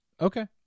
Okay